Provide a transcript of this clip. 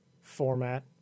format